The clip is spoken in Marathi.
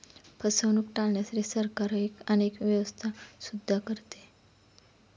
फसवणूक टाळण्यासाठी सरकारही अनेक व्यवस्था सुद्धा करते